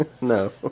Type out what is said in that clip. No